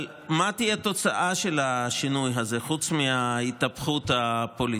אבל מה תהיה התוצאה של השינוי הזה חוץ מההתהפכות הפוליטית?